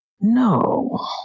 No